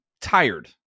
tired